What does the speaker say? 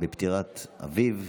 פטירת אביו אמש.